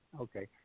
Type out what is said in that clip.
okay